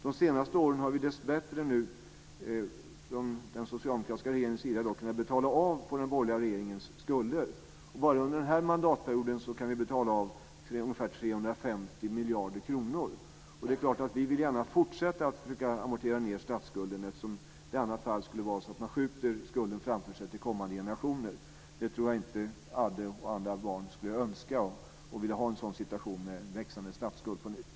De senaste åren har vi från den socialdemokratiska regeringens sida dessbättre kunnat betala av på den borgerliga regeringens skulder. Bara under den här mandatperioden kan vi betala av ungefär 350 miljarder kronor. Det är klart att vi gärna vill försöka fortsätta att amortera ned statsskulden, eftersom vi i annat fall skulle skjuta över skulden till kommande generationer. Jag tror inte att Adde och andra barn skulle vilja ha en situation med växande statsskuld på nytt.